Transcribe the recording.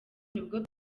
nibwo